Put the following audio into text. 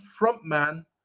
frontman